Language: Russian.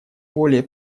более